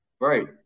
Right